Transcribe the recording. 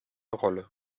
rolle